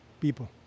people